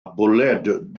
bwled